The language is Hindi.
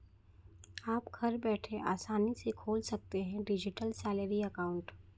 आप घर बैठे आसानी से खोल सकते हैं डिजिटल सैलरी अकाउंट